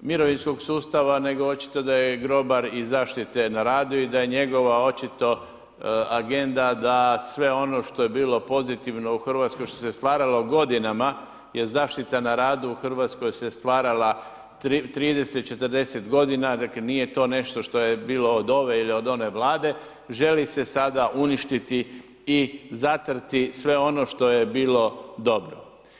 mirovinskog sustava nego očito da je grobar i zaštite na radu i da je njegova očito agenda da sve ono što je bilo pozitivno u Hrvatskoj, što se stvaralo godinama, jer zaštita na radu u Hrvatskoj se stvarala 30, 40 godina, dakle nije to nešto što je bilo od ove ili od one Vlade, želi se sada uništiti i zatrti sve ono što je bilo dobro.